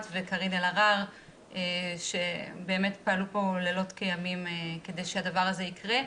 וקארין אלהרר שבאמת פעלו פה לילות כימים כדי שהדבר הזה יקרה,